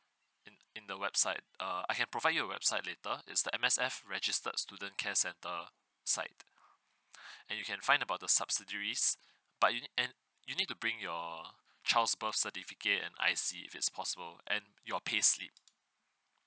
in in the website err I have provide you a website later it's the M_S_F registered student care center site and you can find about the subsidiaries but you need and you need to bring your child's birth certificate and I_C if it's possible and your payslip